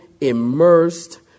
immersed